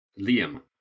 Liam